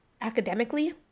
academically